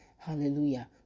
Hallelujah